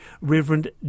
Reverend